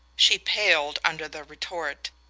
she paled under the retort,